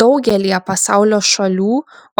daugelyje pasaulio šalių